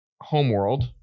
Homeworld